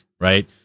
right